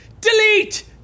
delete